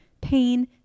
pain